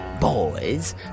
boys